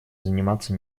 заниматься